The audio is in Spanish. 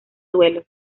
duelo